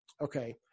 Okay